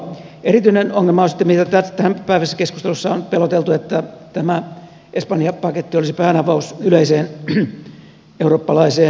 erityinen ongelma on sitten mitä tämänpäiväisessä keskustelussa on peloteltu että tämä espanja paketti olisi päänavaus yleiseen eurooppalaiseen pankkitukeen